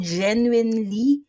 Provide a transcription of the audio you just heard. genuinely